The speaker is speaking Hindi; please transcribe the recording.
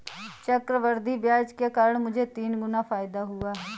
चक्रवृद्धि ब्याज के कारण मुझे तीन गुना फायदा हुआ